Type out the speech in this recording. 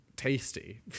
tasty